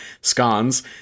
scones